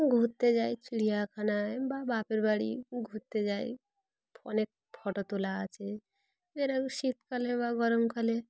ঘুরতে যাই চিড়িয়াখানায় বা বাপের বাড়ি ঘুরতে যাই অনেক ফটো তোলা আছে যেরকম শীতকালে বা গরমকালে